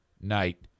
night